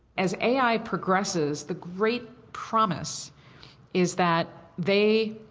as a i. progresses, the great promise is that they.